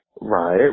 Right